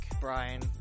Brian